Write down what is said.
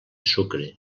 sucre